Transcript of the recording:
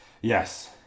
Yes